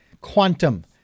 Quantum